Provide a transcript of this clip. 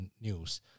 news